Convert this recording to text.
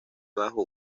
bajo